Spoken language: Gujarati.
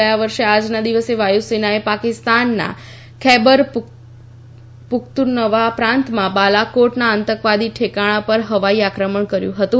ગયા વર્ષે આજના દિવસે વાયુસેનાએ પાકિસ્તાનના ખૈબર પખ્તુનવા પ્રાંતમાં બાલાકોટના આતંકવાદી ઠેકાણા પર હવાઈ આક્રમણ કર્યું હતું